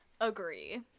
Agree